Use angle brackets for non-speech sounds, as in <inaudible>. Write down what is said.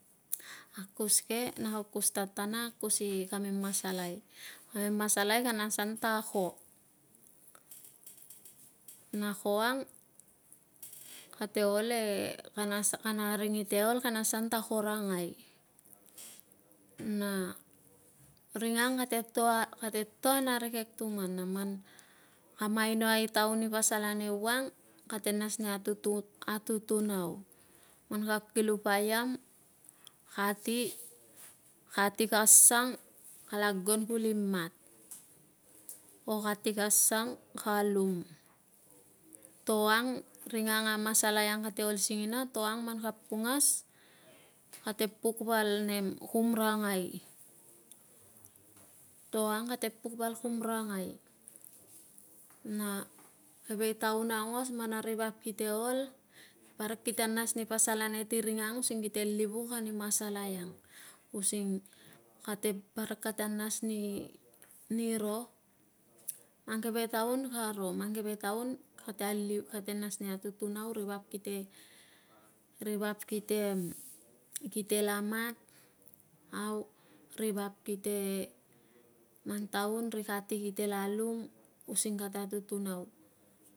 Akus ke na akukus tatana, akus i kamem masalai. Kamem masalai kana asan ta ko <noise> na ko ang kate ol e, kana asa, kana ring ite ol, kana asan ta korangai <noise> na ring ang kate toan, kate toan arikek tuman na man kam ainoai i taun i pasal ane wang, kate nas ni atutu nau. Man ka kilupa iam, kati, kati ka sang kala gon kuli mat o kati ka sang ka lum. To ang ring ang a masalai ang kate ol singina, to ang man ka pungas, kate puk val nem kumrangai. To ang kate puk val kumrangai na keve taun aungos man a ri vap kite ol, parik kite nas ni pasal ane ti ring ang using kite livuk ani masalai ang using kate parik, kate nas ni, ni ro. Mang keve taun ka ro, mang keve taun kate aliu, kate nas ni atutu nau ri vap kite, ri vap kite, kite la mat, au ri vap kite, mang taun ri kati kite la lum using kate atutunau.